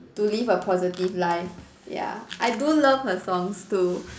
to live a positive life ya I do love her songs too